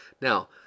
Now